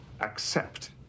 accept